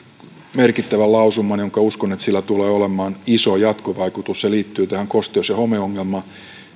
merkittävän lausuman jolla uskon että tulee olemaan iso jatkovaikutus se liittyy tähän kosteus ja homeongelmaan